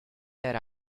that